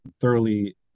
thoroughly